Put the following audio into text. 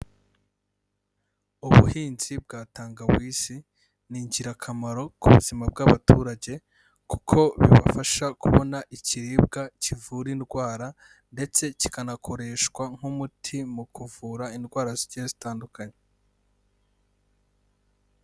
Ubuhinzi bwa tangawisi ni ingirakamaro ku buzima bw'abaturage kuko bibafasha kubona ikiribwa kivura indwara, ndetse kikanakoreshwa nk'umuti mu kuvura indwara zigiye zitandukanye.